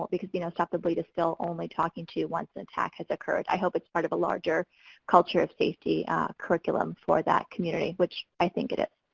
because you know stop the bleed is still only talking to you once an attack has occurred. i hope it's part of a larger culture of safety curriculum for that community. which, i think it is.